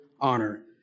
honor